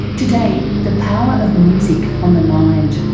today, the power of music on the mind.